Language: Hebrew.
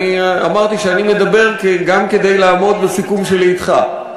אני אמרתי שאני מדבר גם כדי לעמוד בסיכום שלי אתך,